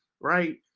right